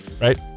Right